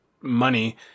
money